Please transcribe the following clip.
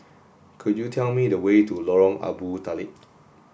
could you tell me the way to Lorong Abu Talib